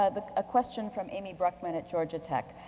ah a question from amy bruckman at georgia tech,